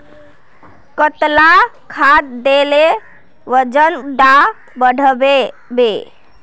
कतला खाद देले वजन डा बढ़बे बे?